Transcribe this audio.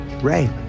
Ray